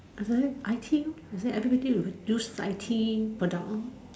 after that I_T lor they say everybody would use I_T product lor